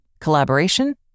collaboration